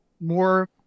more